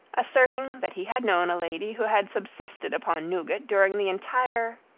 asserting that he had known a lady who had subsisted upon nougat during the entire